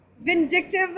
vindictive